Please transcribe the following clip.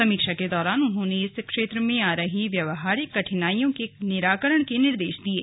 समीक्षा के दौरान उन्होंने इस क्षेत्र में आ रही व्यावहारिक कठनाईयों के निराकरण के निर्देश दिये